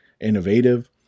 innovative